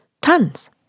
Tons